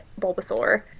Bulbasaur